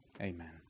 amen